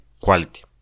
quality